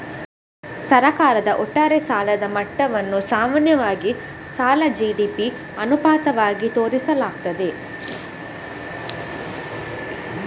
ಸರ್ಕಾರದ ಒಟ್ಟಾರೆ ಸಾಲದ ಮಟ್ಟವನ್ನು ಸಾಮಾನ್ಯವಾಗಿ ಸಾಲ ಜಿ.ಡಿ.ಪಿ ಅನುಪಾತವಾಗಿ ತೋರಿಸಲಾಗುತ್ತದೆ